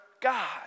God